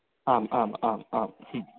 आम् आम् आम् आम्